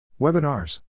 webinars